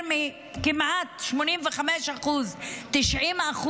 יותר מ-85% 90%,